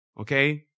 Okay